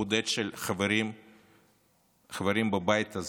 בודד של חברים בבית הזה,